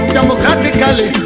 Democratically